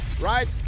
right